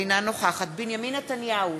אינה נוכחת בנימין נתניהו,